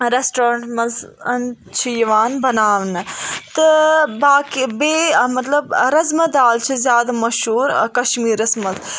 restaurants منٛز چھِ یوان بناونہٕ تہٕ باقٕے بیٚیہِ مطلب رزما دال چھِ بیٚیہِ زیادٕ مشہوٗر کشمیٖرَس منٛز